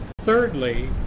thirdly